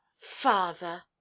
father